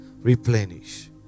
replenish